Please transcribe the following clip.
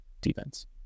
defense